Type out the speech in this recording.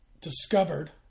discovered